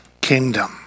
kingdom